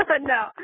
No